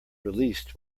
released